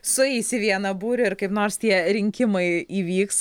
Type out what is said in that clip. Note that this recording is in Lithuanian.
sueis į vieną būrį ar kaip nors tie rinkimai įvyks